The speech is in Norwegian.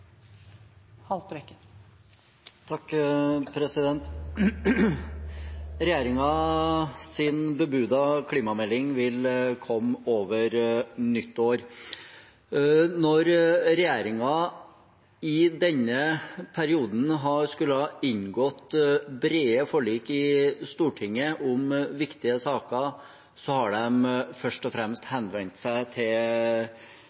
klimamelding vil komme over nyttår. Når regjeringen i denne perioden skulle ha inngått brede forlik i Stortinget om viktige saker, har de først og fremst